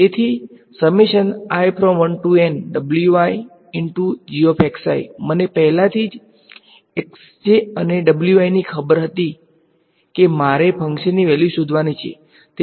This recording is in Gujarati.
તેથી મને પહેલેથી અને ની ખબર હતી કે મારે ફંક્શનની વેલ્યુ શોધવાની છે